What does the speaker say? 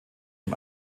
ihm